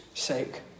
sake